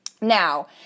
Now